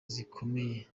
zikomeye